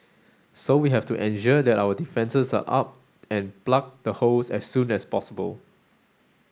so we have to ensure that our defences are up and plug the holes as soon as possible